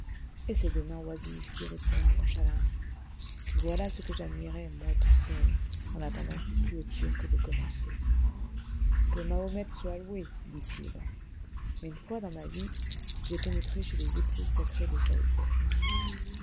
et ces deux mains oisives qui retombent nonchalamment voilà ce que j'admirais moi tout seul en attendant qu'il plût au turc de commencer que mahomet soit loué dit-il mais une fois dans ma vie j'ai pénétré chez les épouses sacrées de sa hautesse